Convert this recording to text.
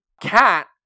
Cat